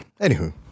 Anywho